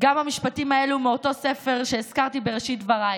גם המשפטים האלו הם מאותו ספר שהזכרתי בראשית דבריי.